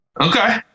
Okay